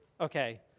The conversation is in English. Okay